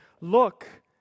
look